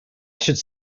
should